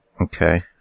Okay